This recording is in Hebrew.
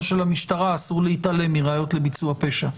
שלמשטרה אסור להתעלם מראיות לביצוע פשע.